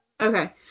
okay